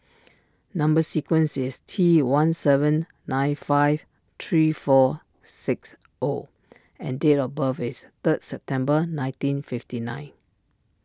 Number Sequence is T one seven nine five three four six O and date of birth is third September nineteen fifty nine